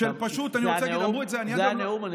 זה הנאום?